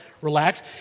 relax